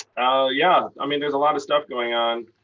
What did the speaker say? ah yeah, i mean, there's a lot of stuff going on.